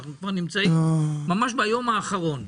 אנחנו נמצאים ממש ביום האחרון,